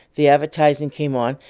the advertising came on,